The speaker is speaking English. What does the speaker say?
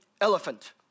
elephant